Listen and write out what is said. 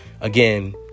again